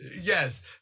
Yes